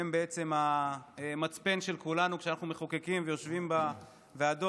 הן בעצם המצפן של כולנו כשאנחנו מחוקקים ויושבים בוועדות.